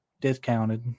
discounted